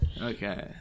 Okay